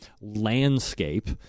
landscape